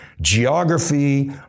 geography